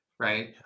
right